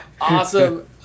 Awesome